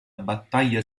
battaglia